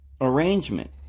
arrangement